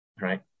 right